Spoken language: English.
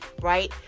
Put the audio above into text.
right